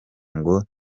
ngo